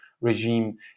regime